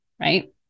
right